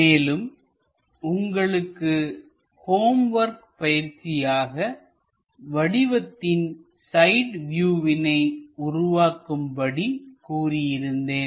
மேலும் உங்களுக்கு homework பயிற்சியாக வடிவத்தின் சைட் வியூவினை உருவாக்கும்படி கூறியிருந்தேன்